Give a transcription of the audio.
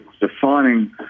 defining